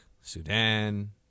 Sudan